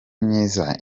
myiza